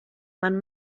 man